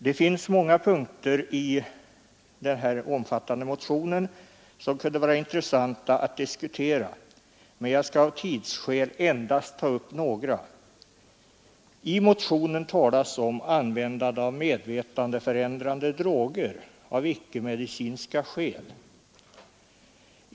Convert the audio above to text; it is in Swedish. Det finns många punkter i denna omfattande motion, som kunde vara intressanta att diskutera, men jag skall av tidsskäl endast ta upp några. I motionen talas om användande av medvetandeförändrande droger av icke-medicinska skäl.